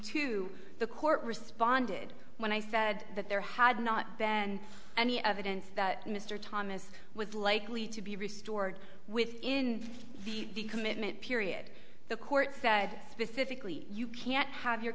to the court responded when i said that there had not been any evidence that mr thomas was likely to be restored within the commitment period the court said specifically you can't have your